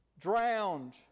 drowned